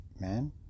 man